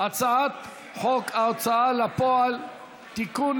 הצעת חוק ההוצאה לפועל (תיקון,